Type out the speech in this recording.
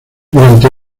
durante